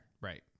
Right